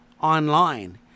online